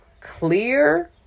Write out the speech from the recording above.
clear